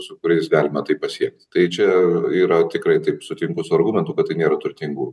su kuriais galima tai pasiekti tai čia yra tikrai taip sutinku su argumentu kad nėra turtingų